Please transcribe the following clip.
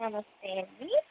నమస్తే అండి